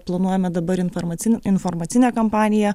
planuojame dabar informaci informacinę kampaniją